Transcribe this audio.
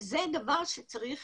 זה דבר שצריך